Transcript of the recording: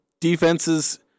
defenses